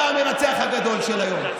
אתה המנצח הגדול של היום.